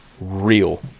real